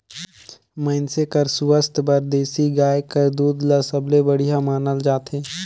मइनसे कर सुवास्थ बर देसी गाय कर दूद ल सबले बड़िहा मानल जाथे